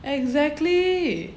exactly